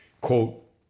quote